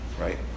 Right